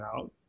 out